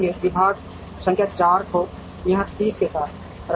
विभाग संख्या 4 को यहां 30 के साथ रखें